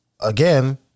again